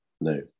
no